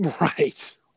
right